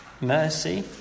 mercy